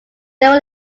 they